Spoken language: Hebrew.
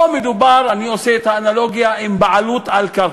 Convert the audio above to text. פה מדובר, אני עושה את האנלוגיה עם בעלות על קרקע,